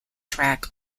track